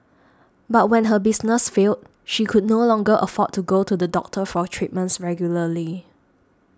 but when her business failed she could no longer afford to go to the doctor for treatments regularly